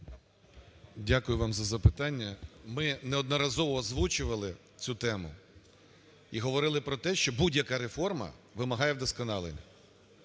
Дякую вам за запитання. Ми неодноразово озвучували цю тему і говорили про те, що будь-яка реформа вимагає вдосконалення.